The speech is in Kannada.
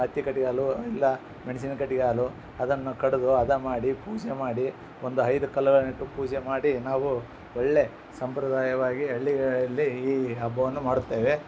ಹತ್ತಿ ಕಡ್ಡಿ ಅಲ್ಲೂ ಇಲ್ಲ ಮೆಣಸಿನ ಕಡ್ಡಿ ಅಲ್ಲೂ ಅದನ್ನು ಕಡಿದು ಅದು ಮಾಡಿ ಪೂಜೆ ಮಾಡಿ ಒಂದು ಐದು ಕಲ್ಗಳಲನ್ನು ಇಟ್ಟು ಪೂಜೆ ಮಾಡಿ ನಾವು ಒಳ್ಳೇ ಸಂಪ್ರದಾಯವಾಗಿ ಹಳ್ಳಿಗಳಲ್ಲಿ ಈ ಹಬ್ಬವನ್ನು ಮಾಡುತ್ತೇವೆ